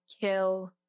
kill